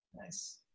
Nice